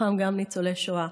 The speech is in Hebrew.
שבתוכם גם ניצולי שואה,